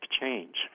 change